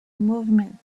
movement